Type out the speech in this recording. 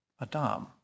Adam